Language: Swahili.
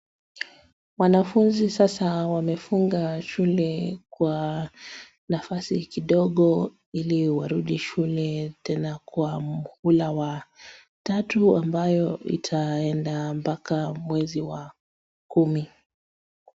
Wanafunzi sasa wamefunga shule kwa nafasi kidogo ili warudi shule tena kwa muhula wa tatu ambayo itaenda mpaka mwezi wa kumi.